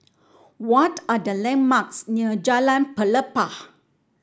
what are the landmarks near Jalan Pelepah